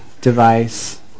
device